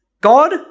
God